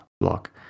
block